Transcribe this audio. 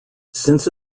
since